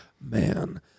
man